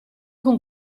con